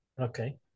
Okay